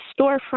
storefront